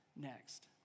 next